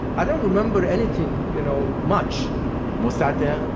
i don't remember anything, you know, much mossadegh,